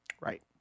Right